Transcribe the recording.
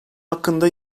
hakkında